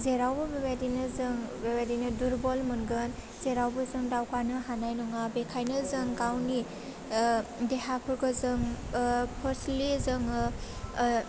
जेरावबो बेबायदिनो जों बेबायदिनो दुरबल मोनगोन जेराव गोजोन दावगानो हानाय नङा बेखायनो जों गावनि ओह देहाफोरखौ जों ओह फोस्टलि जोङो ओह